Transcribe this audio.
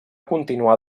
continuar